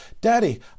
daddy